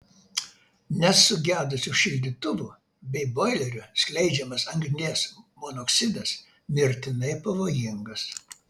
nes sugedusių šildytuvų bei boilerių skleidžiamas anglies monoksidas mirtinai pavojingas